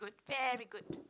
good very good